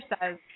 says